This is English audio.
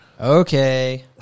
Okay